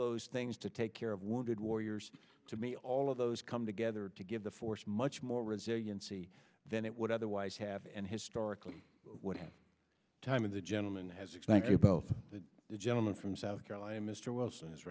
those things to take care of wounded warriors to me all of those come together to give the force much more resiliency then it would otherwise have and historically what time of the gentleman has the gentleman from south carolina mr wilson is